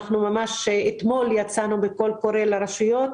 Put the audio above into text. אתמול יצאנו בקול קורא לרשויות.